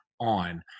On